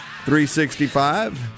365